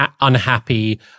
unhappy